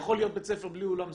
יכול להיות בית ספר בלי אולם ספורט.